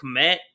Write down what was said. Kmet